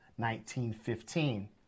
1915